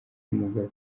umugabo